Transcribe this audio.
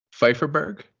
Pfeifferberg